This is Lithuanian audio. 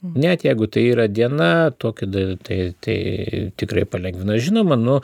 net jeigu tai yra diena tokiu tai tai tikrai palengvina žinoma nu